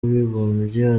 w’abibumbye